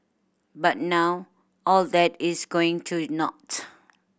but now all that is going to naught